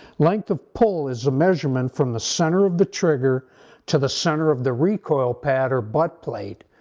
length of pull is the measurement from the center of the trigger to the center of the recoil pad or buttplate.